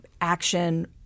action